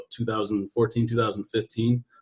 2014-2015